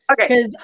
okay